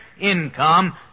income